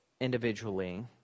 individually